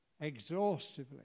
exhaustively